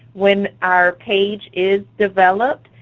when our page is developed,